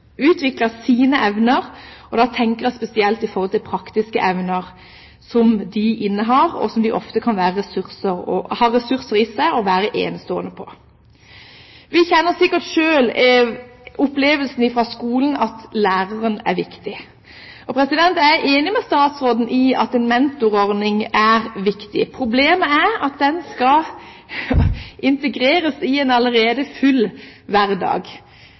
sine evner. Da tenker jeg spesielt på praktiske evner som de elevene innehar – ofte har de ressurser i seg og kan være enestående. Vi kjenner sikkert selv fra skolen opplevelsen av at læreren er viktig. Jeg er enig med statsråden i at en mentorordning er viktig. Problemet er at den skal integreres i en allerede full hverdag.